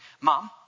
Mom